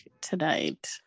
tonight